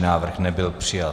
Návrh nebyl přijat.